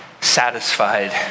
satisfied